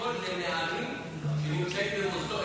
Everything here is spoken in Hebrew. חלקו לנערים שנמצאים במוסדות,